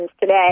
today